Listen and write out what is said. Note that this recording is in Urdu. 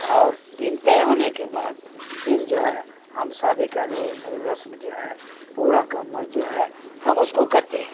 اور دن طے ہونے کے بعد پھر جو ہے ہم شادی کا رسم جو ہے پورا جو ہے ہم اس کو کرتے ہیں